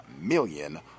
million